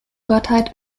gottheit